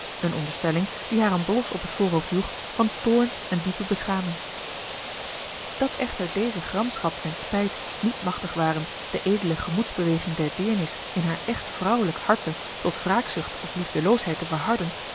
eene onderstelling die haar een blos op het voorhoofd joeg van toorn en diepe beschaming dat echter deze gramschap en spijt niet machtig waren de edele gemoedsbeweging der deernis in haar echt vrouwelijk harte tot wraakzucht of liefdeloosheid te verharden